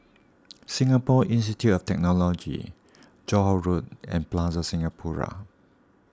Singapore Institute of Technology Johore Road and Plaza Singapura